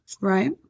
Right